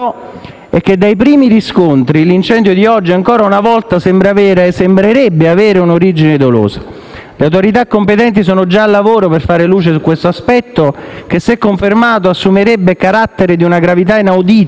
è che dai primi riscontri l'incendio di oggi, ancora una volta, sembrerebbe avere un'origine dolosa. Le autorità competenti sono già al lavoro per fare luce su questo aspetto che, se confermato, assumerebbe un carattere di una gravità inaudita